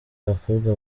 abakobwa